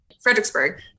Fredericksburg